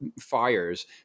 fires